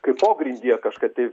kaip pogrindyje kažką tai